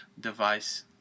device